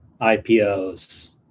IPOs